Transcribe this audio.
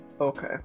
Okay